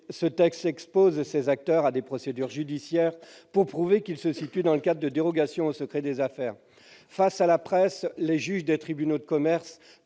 texte expose ces acteurs à des procédures judiciaires pour prouver qu'ils se situent dans le cadre de dérogations au secret des affaires. Face à la presse, les juges des tribunaux de commerce